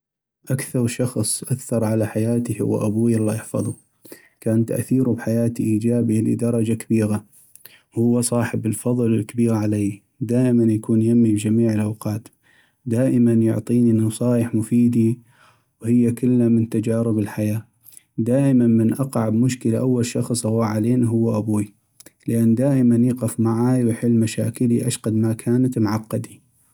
اكثغ شخص أثر على حياتي هو أبوي الله يحفظو ، كان تأثيرو بحياتي إيجابي لدرجة كبيغا ، هو صاحب الفضل الكبيغ عليي ، ودائما يكون يمي بجميع الأوقات ، دائماً يعطيني نصائح مفيدي ، وهي كلا من تجارب الحياة ، دائماً من اقع بمشكلة اول شخص اغوح علينو هو أبوي ، لأن دائماً يقف معاي ويحل مشاكلي اشقد ما كانت معقدي.